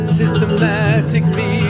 systematically